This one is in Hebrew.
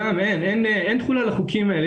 אין תחולה לחוקים האלה.